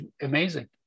amazing